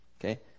Okay